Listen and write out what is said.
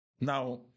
Now